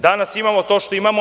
Danas imamo to što imamo.